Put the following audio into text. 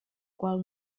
qual